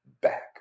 back